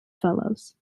fellows